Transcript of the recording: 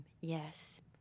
yes